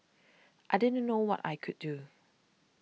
I didn't know what I could do